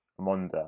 Monda